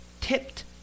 tipped